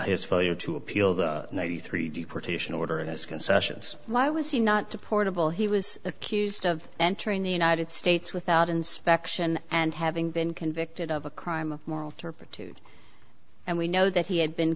his failure to appeal the ninety three deportation order and his concessions why was he not deportable he was accused of entering the united states without inspection and having been convicted of a crime of moral turpitude and we know that he had been